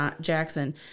Jackson